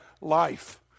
life